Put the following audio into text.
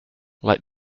like